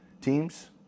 teams